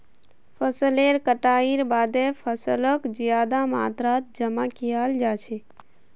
फसलेर कटाईर बादे फैसलक ज्यादा मात्रात जमा कियाल जा छे